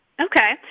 okay